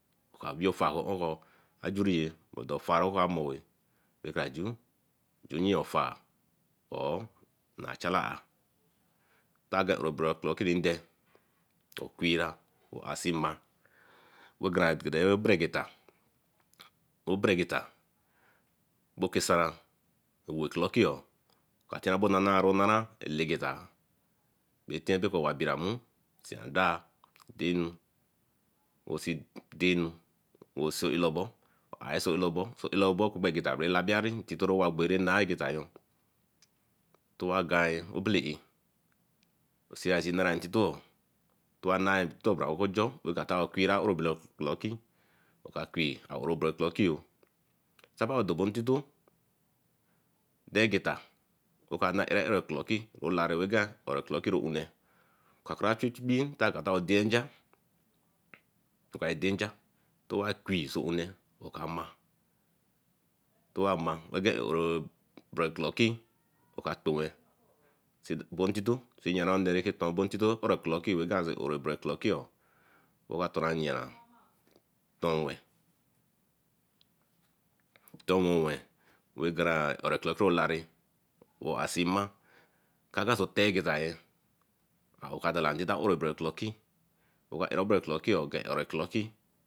Oka wee afar ajuri eh, ofar ra oka moor ra kara ju moor ofar or nah chala ah. oquira see mar oberegeta bokesaram with luckyo tinya bo enana elegeta beh etiepeku owabiramu, sen daa, daennu or see daenny so elobo berence. egetayo Obele aye see ya see narontito oo towarai quira Oro clocky oka qui Saba aowe do bo intato deen egeta oka nah ere ere clocki Olari ogen clocki- chun ownee a chu nja dey nja Ayui So une oka mai to wa mai bre-clocki aka kpenwe seen intito see yoron oden see ton intito Ore-clocki eka torra yearah tornwe tornwewen a qola ore-clocki Olare owe ar see mai aowe ka dala oretre-clocki wa era bre clocki yo.